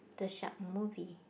the shark movie